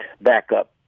backup